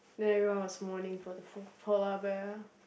then everyone was mourning for the poor polar bear